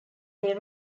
they